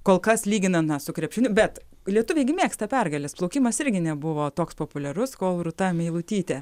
kol kas lyginan na su krepšiniu bet lietuviai gi mėgsta pergales plaukimas irgi nebuvo toks populiarus kol rūta meilutytė